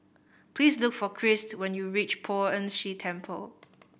please look for Christ when you reach Poh Ern Shih Temple